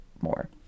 more